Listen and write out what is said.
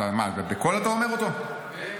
אתה אומר אותו בקול?